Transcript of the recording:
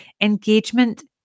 Engagement